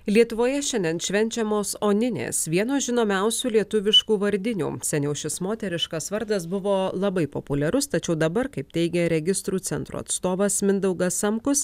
lietuvoje šiandien švenčiamos oninės vienos žinomiausių lietuviškų vardinių seniau šis moteriškas vardas buvo labai populiarus tačiau dabar kaip teigia registrų centro atstovas mindaugas samkus